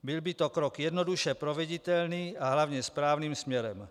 Byl by to krok jednoduše proveditelný a hlavně správným směrem.